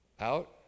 Out